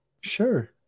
sure